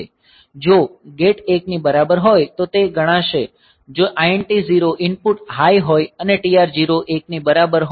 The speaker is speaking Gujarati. જો ગેટ 1 ની બરાબર હોય તો તે ગણાશે જો INT 0 ઇનપુટ હાઈ હોય અને TR0 1 ની બરાબર હોય